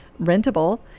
rentable